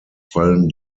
fallen